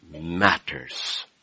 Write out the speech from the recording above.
matters